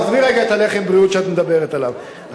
עזבי רגע את לחם הבריאות שאת מדברת עליו.